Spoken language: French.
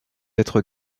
être